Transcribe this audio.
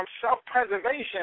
self-preservation